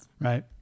Right